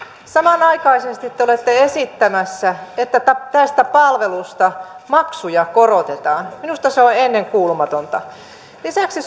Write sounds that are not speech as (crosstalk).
samanaikaisesti te te olette esittämässä että tästä palvelusta maksuja korotetaan minusta se on ennenkuulumatonta lisäksi (unintelligible)